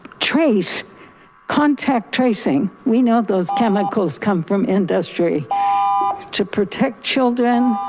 trace contact tracing. we know those chemicals come from industry to protect children.